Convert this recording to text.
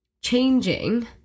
changing